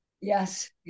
Yes